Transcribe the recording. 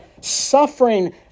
suffering